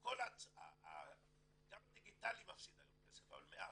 גם הדיגיטלי מפסיד היום כסף, אבל מעט.